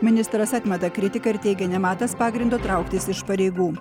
ministras atmeta kritiką ir teigė nematąs pagrindo trauktis iš pareigų